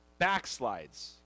backslides